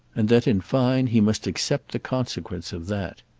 and that in fine he must accept the consequence of that.